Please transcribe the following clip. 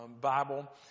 Bible